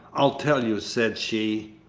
i'll tell you said she,